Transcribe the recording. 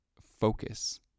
focus